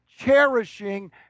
cherishing